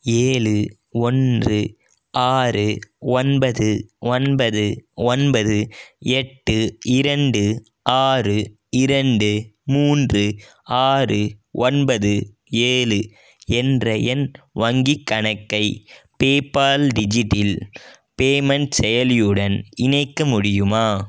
ஏழு ஒன்று ஆறு ஒன்பது ஒன்பது ஒன்பது எட்டு இரண்டு ஆறு இரண்டு மூன்று ஆறு ஒன்பது ஏழு என்ற என் வங்கிக் கணக்கை பேபால் டிஜிட்டில் பேமெண்ட் செயலியுடன் இணைக்க முடியுமா